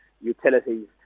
utilities